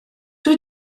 dwi